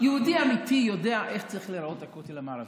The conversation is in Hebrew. יהודי אמיתי יודע איך צריך להיראות הכותל המערבי.